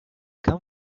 come